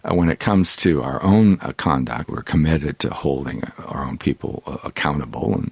ah when it comes to our own ah conduct, we are committed to holding our own people accountable. and